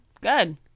Good